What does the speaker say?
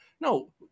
No